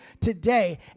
today